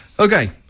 Okay